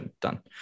Done